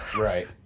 right